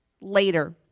later